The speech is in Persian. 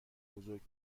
بزرگ